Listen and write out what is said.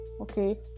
Okay